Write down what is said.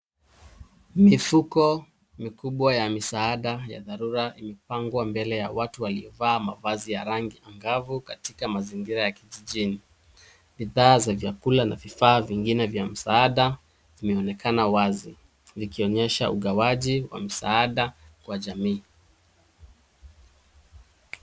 Mifuko mikubwa ya misaada ya dharura imepangwa mbele ya watu waliovaa mavazi ya rangi angavu katika mazingira ya kijijini. Bidhaa za vyakula na vifaa vingine vya msaada vimeonekana wazi vikionyesha ungawaji wa msaada wa jamii.